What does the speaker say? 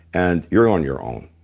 and you're on your own.